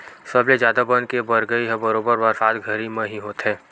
सबले जादा बन के बगरई ह बरोबर बरसात घरी म ही होथे